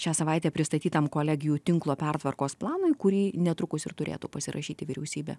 šią savaitę pristatytam kolegijų tinklo pertvarkos planui kurį netrukus ir turėtų pasirašyti vyriausybė